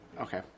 Okay